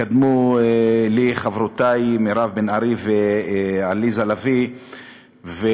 קדמו לי חברותי מירב בן ארי ועליזה לביא ונתנו